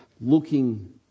looking